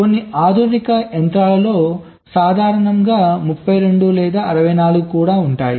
కొన్ని ఆధునిక యంత్రాలలో సాధారణంగా 32 లేదా 64 కూడా ఉంటాయి